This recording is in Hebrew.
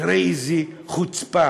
תראה איזו חוצפה.